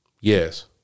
Yes